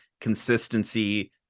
consistency